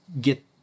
get